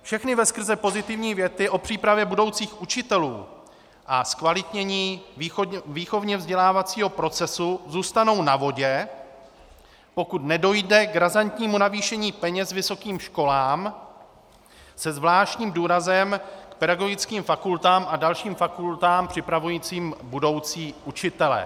Všechny veskrze pozitivní věty o přípravě budoucích učitelů a zkvalitnění výchovněvzdělávacího procesu zůstanou na vodě, pokud nedojde k razantnímu navýšení peněz vysokým školám se zvláštním důrazem k pedagogickým fakultám a dalším fakultám připravujícím budoucí učitele.